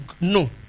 No